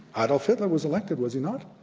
ah adolph hitler was elected, was he not?